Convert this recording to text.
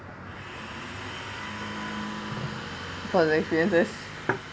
for their experiences